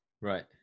right